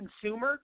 consumer